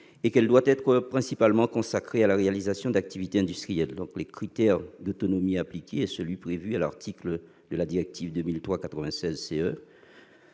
et qu'elle doit être principalement consacrée à la réalisation d'activités industrielles. Le critère d'autonomie est celui qui est prévu à l'article 11 de la directive 2003/96/CE